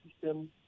system